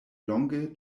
longe